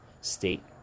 state